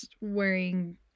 wearing